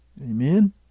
Amen